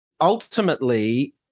Ultimately